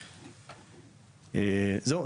זהו,